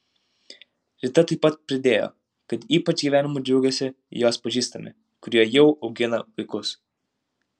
rita taip pat pridėjo kad ypač gyvenimu džiaugiasi jos pažįstami kurie jau augina vaikus